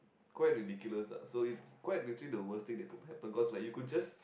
quite ridiculous lah so it quite literally the worst thing that could happen like cause you could just